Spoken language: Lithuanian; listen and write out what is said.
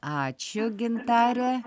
ačiū gintare